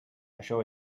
això